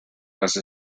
las